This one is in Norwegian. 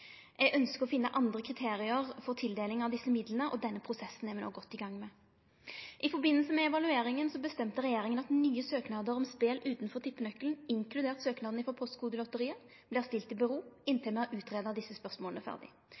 Eg ønskjer å finne andre kriterium for tildeling av desse midla, og denne prosessen er me no godt i gang med. I forbindelse med evalueringa bestemte regjeringa at nye søknader om spel utanfor tippenøkkelen, inkludert søknaden frå Postkodelotteriet, vert sett på vent inntil me har utgreidd desse spørsmåla ferdig.